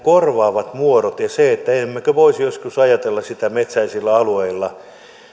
korvaavat muodot ja emmekö voisi joskus ajatella metsäisillä alueilla sitä että